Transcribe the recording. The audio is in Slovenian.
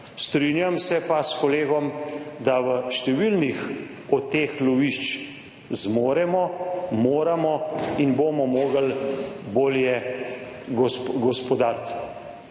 Strinjam se pa s kolegom, da v številnih od teh lovišč zmoremo, moramo in bomo mogli bolje gospodariti,